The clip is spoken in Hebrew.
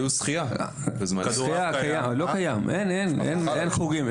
אין חוגים.